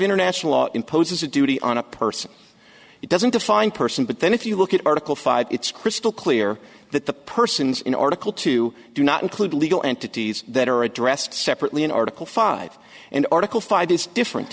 international law imposes a duty on a person it doesn't define person but then if you look at article five it's crystal clear that the persons in article two do not include legal entities that are addressed separately in article five and article five is different